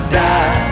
die